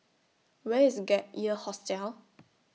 Where IS Gap Year Hostel